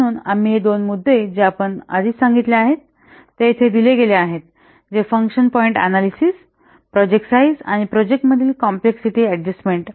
म्हणून आम्ही हे दोन मुद्दे जे आपण आधीच सांगितले आहेत ते येथे दिले गेले आहेत जेथे फंक्शन पॉईंटअनॅलिसिस प्रोजेक्ट साईझ आणि प्रोजेक्ट मधील कॉम्प्लेक्सिटी अडजस्टमेन्ट